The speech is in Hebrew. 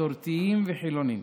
מסורתיים וחילונים,